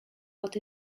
but